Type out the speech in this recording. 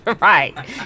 right